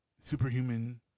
superhuman